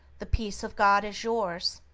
the peace of god is yours!